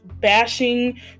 bashing